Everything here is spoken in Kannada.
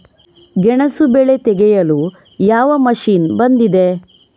ಗೆಣಸು ಬೆಳೆ ತೆಗೆಯಲು ಯಾವ ಮಷೀನ್ ಬಂದಿದೆ?